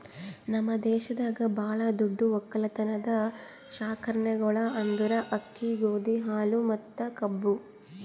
ನಮ್ ದೇಶದಾಗ್ ಭಾಳ ದೊಡ್ಡ ಒಕ್ಕಲತನದ್ ಕಾರ್ಖಾನೆಗೊಳ್ ಅಂದುರ್ ಅಕ್ಕಿ, ಗೋದಿ, ಹಾಲು ಮತ್ತ ಕಬ್ಬು